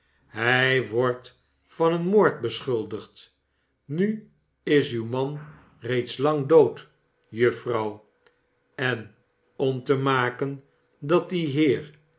hi wordt van een moord beschuldigd nu is uw man reeds lang dood juffrouw en om te maken dat die heer